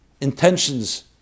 intentions